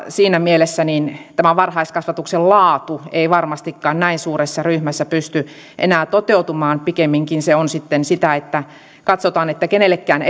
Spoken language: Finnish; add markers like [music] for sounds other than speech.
siinä mielessä tämä varhaiskasvatuksen laatu ei varmastikaan näin suuressa ryhmässä pysty enää toteutumaan pikemminkin se on sitten sitä että katsotaan että kenellekään [unintelligible]